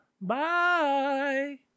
Bye